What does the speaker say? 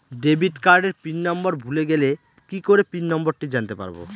Debit কার্ডের pin number ভুলে গেলে কি করে পিন নম্বরটি জানতে পারবো?